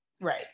Right